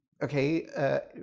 okay